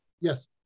Yes